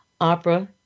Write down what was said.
opera